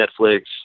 Netflix